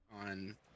on